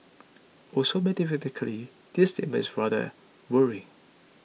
also mathematically this statement is rather worrying